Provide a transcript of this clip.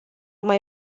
mai